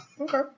Okay